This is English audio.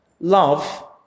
love